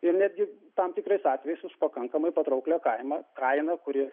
ir netgi tam tikrais atvejais už pakankamai patrauklią kainą kainą kuri